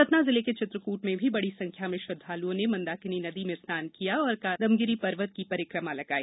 सतना जिले के चित्रकूट में भी बड़ी संख्या में श्रद्वालुओं ने मंदाकिनी नदी में रनान किया और कामदगिरि पर्वत की परिक्रमा लगाई